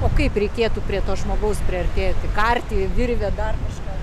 o kaip reikėtų prie to žmogaus priartėti kartį virvė dar kažką